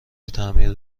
تعمیر